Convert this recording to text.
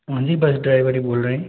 हाँ जी bus driver ही बोल रहे हैं